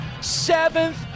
seventh